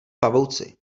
pavouci